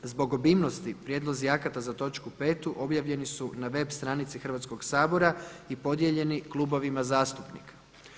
Zbog obimnosti prijedlozi akata za točku 5. objavljeni su na web stranici Hrvatskog sabora i podijeljeni klubovima zastupnika.